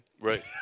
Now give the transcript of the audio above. Right